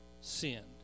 sinned